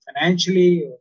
financially